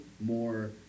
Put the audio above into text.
more